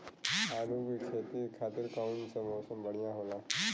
आलू के खेती खातिर कउन मौसम बढ़ियां होला?